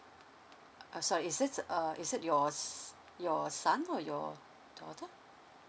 uh sorry is it a is it yours your son or your daughter